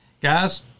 Guys